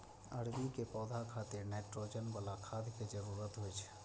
अरबी के पौधा खातिर नाइट्रोजन बला खाद के जरूरत होइ छै